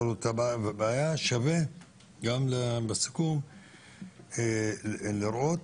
היה שווה גם בסיכום לראות.